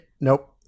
nope